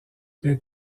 les